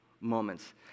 moments